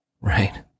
Right